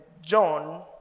John